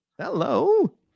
Hello